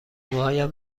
موهایم